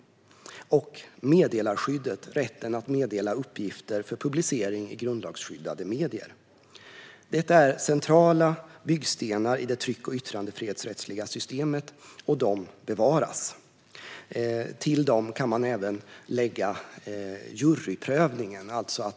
Meddelarskyddet innebär rätten att meddela uppgifter för publicering i grundlagsskyddade medier. Detta är centrala byggstenar i det tryck och yttrandefrihetsrättsliga systemet, och de bevaras. Till dem kan man även lägga juryprövning.